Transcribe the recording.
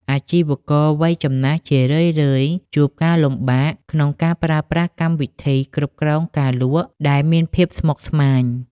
អាជីវករវ័យចំណាស់ជារឿយៗជួបការលំបាកក្នុងការប្រើប្រាស់កម្មវិធីគ្រប់គ្រងការលក់ ដែលមានភាពស្មុគស្មាញ។